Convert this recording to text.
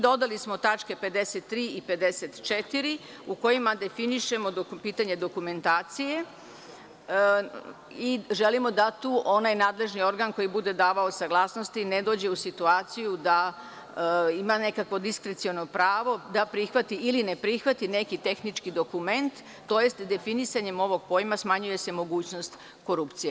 Dodali smo tačke 53. i 54. u kojima definišemo pitanje dokumentacije i želimo da tu nadležni organ koji bude davao saglasnosti ne dođe u situaciju da ima nekako diskreciono pravo, da prihvati ili ne prihvati neki tehnički dokument, tj. definisanjem ovog pojma smanjuje se mogućnost korupcije.